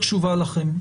לכם,